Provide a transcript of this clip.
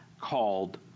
called